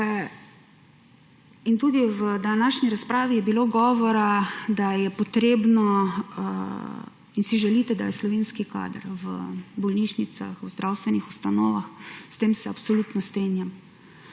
In tudi v današnji razpravi je bilo govora, da je potrebno in si želite, da je slovenski kader v bolnišnicah, v zdravstvenih ustanovah. S tem se absolutno strinjam